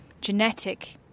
genetic